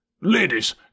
Ladies